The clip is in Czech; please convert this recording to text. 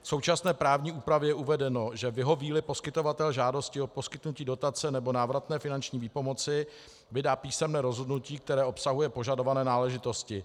V současné právní úpravě je uvedeno, že vyhovíli poskytovatel žádosti o poskytnutí dotace nebo návratné finanční výpomoci, vydá písemné rozhodnutí, které obsahuje požadované náležitosti.